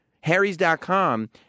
Harry's.com